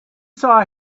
saw